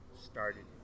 started